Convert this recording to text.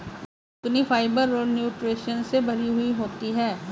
zucchini fibre और nutritions से भरी हुई होती है